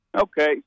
Okay